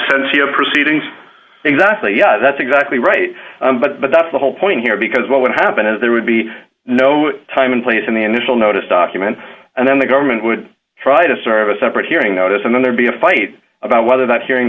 absentia proceedings exactly yeah that's exactly right but that's the whole point here because what would happen is there would be no time in place in the initial notice document and then the government would try to sort of a separate hearing notice and then there'd be a fight about whether that hearing